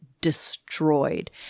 destroyed